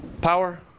Power